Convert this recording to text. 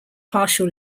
partial